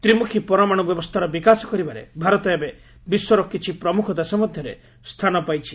ତ୍ରିମୁଖୀ ପରମାଣୁ ବ୍ୟବସ୍ଥାର ବିକାଶ କରିବାରେ ଭାରତ ଏବେ ବିଶ୍ୱର କିଛି ପ୍ରମୁଖ ଦେଶ ମଧ୍ୟରେ ସ୍ଥାନ ପାଇଛି